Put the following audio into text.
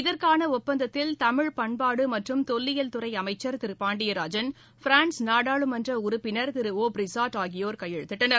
இதற்கான ஒப்பந்தத்தில் தமிழ் பண்பாட்டு மற்றும் தொலியல்துறை அமைச்சர் திரு கே பாண்டியராஜன் பிரான்ஸ் நாடாளுமன்ற உறுப்பினர் திரு ஓ பிரிசாட் ஆகியோர் கையெழுத்திட்டனர்